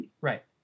Right